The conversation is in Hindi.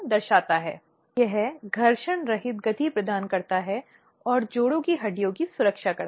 इसलिए यह हमारी समयबद्ध जांच है जिसका संचालन किया जाना है